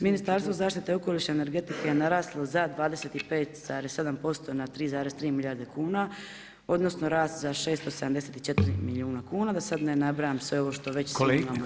Ministarstvo zaštite okoliša i energetike je naraslo za 25,7% na 3,3 milijarde kuna, odnosno rast za 674 milijuna kuna da sad ne nabrajam sve ono što već svi imamo.